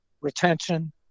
retention